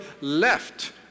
left